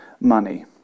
money